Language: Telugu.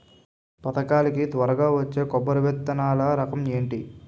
పథకాల కి త్వరగా వచ్చే కొబ్బరి విత్తనాలు రకం ఏంటి?